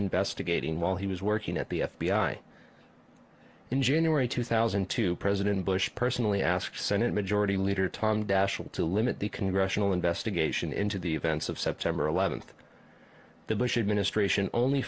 investigating while he was working at the f b i in january two thousand and two president bush personally asked senate majority leader tom daschle to limit the congressional investigation into the events of september eleventh the bush administration only